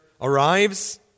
arrives